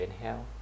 inhale